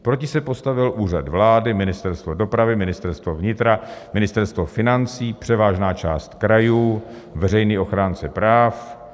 Proti se postavil Úřad vlády, Ministerstvo dopravy, Ministerstvo vnitra, Ministerstvo financí, převážná část krajů, veřejný ochránce práv.